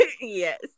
Yes